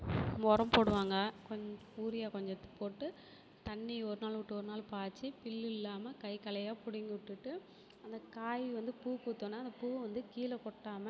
உரம் போடுவாங்க கொஞ் யூரியா கொஞ்சத்தை போட்டு தண்ணி ஒரு நாள் விட்டு ஒரு நாள் பாய்ச்சி புல்லு இல்லாமல் கை களையை பிடுங்கி விட்டுட்டு அந்த காய் வந்து பூ பூத்தொடன்னே அந்த பூவை வந்து கீழே கொட்டாமல்